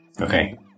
Okay